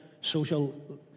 social